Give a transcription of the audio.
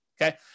okay